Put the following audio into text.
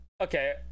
okay